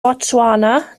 botswana